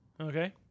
Okay